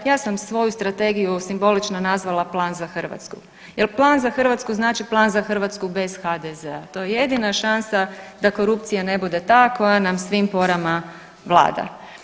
Ja sam svoju strategiju simbolično nazvala „Plan za Hrvatsku“ jer „Plan za Hrvatsku“ znači „Plan za Hrvatsku“ bez HDZ-a, to je jedina šansa da korupcija ne bude ta koja nam svim porama vlada.